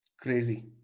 Crazy